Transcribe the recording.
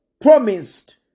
promised